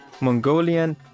Mongolian